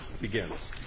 begins